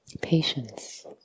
patience